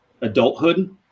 adulthood